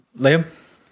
Liam